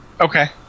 Okay